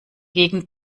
gegen